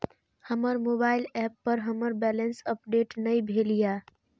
हमर mobile app पर हमर बैलेंस अपडेट ने भेल या